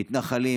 מתנחלים.